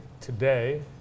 today